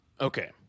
okay